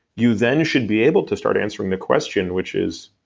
you then should be able to start answering the question, which is